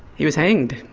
he was hanged.